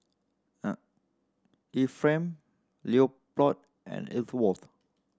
Ephraim Leopold and Elsworth